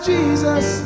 Jesus